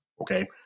okay